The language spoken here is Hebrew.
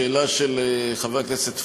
לשאלה של חבר הכנסת פריג',